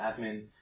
admin